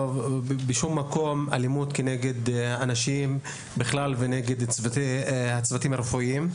בשום מקום אלימות נגד אנשים בכלל ונגד צוותים רפואיים.